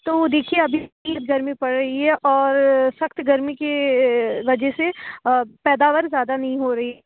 تو دیکھیے ابھی تیز گرمی پڑ رہی ہے اور سخت گرمی کی وجہ سے پیداوار زیادہ نہیں ہو رہی